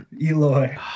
Eloy